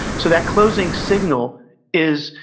so, that closing signal is,